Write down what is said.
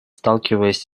сталкиваясь